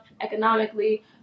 economically